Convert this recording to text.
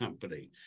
company